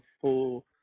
full